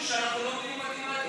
עוד יחשבו שאנחנו לא מבינים מתמטיקה.